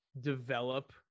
develop